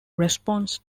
response